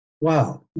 wow